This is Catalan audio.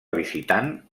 visitant